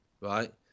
right